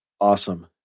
Awesome